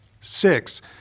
Six